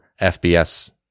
FBS